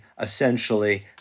essentially